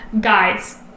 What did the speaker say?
guys